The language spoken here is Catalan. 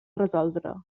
resoldre